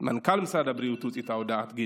מנכ"ל משרד הבריאות הוציא הודעת התנצלות,